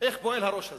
איך פועל הראש הזה.